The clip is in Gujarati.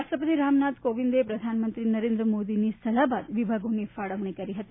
રાષ્ટ્રપતિ રામનાથ કોવિંદે પ્રધાનમંત્રી નરેન્દ્ર મોદીની સલાહ બાદ વિભાગોની ફાળવણી કરી હતી